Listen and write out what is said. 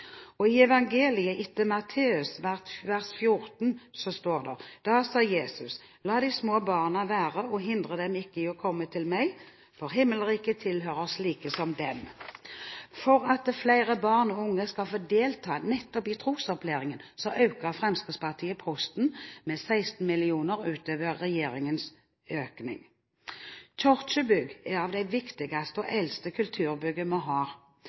folkekirke. I evangeliet etter Matteus 19,14, står det: «Da sa Jesus: La de små barna være, og hindre dem ikke i å komme til meg! For himmelriket tilhører slike som dem.» For at flere barn og unge skal få delta nettopp i trosopplæring, øker Fremskrittspartiet posten med 16 mill. kr utover regjeringens forslag. Kirkebyggene er av de viktigste og eldste kulturbygg vi har.